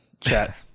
chat